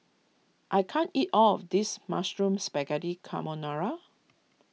I can't eat all of this Mushroom Spaghetti Carbonara